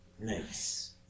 Nice